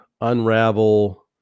unravel